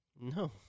no